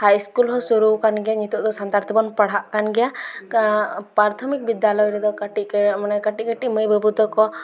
ᱦᱟᱭ school ᱦᱚᱸ ᱥᱩᱨᱩᱣ ᱠᱟᱱᱜᱮᱭᱟ ᱱᱤᱛᱚᱜ ᱫᱚ ᱥᱟᱱᱛᱟᱲ ᱛᱮᱵᱚᱱ ᱯᱟᱲᱦᱟᱜ ᱠᱟᱱ ᱜᱮᱭᱟ ᱯᱟᱨᱛᱷᱚᱢᱤᱠ ᱵᱤᱫᱽᱫᱟᱞᱚᱭ ᱨᱮᱫᱚ ᱠᱟᱹᱴᱤᱡ ᱢᱟᱱᱮ ᱠᱟᱹᱴᱤᱡ ᱠᱟᱹᱴᱤᱡ ᱢᱟᱹᱭ ᱵᱟᱹᱵᱩ ᱛᱟᱠᱚ